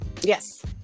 Yes